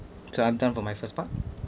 so I'm done for my first part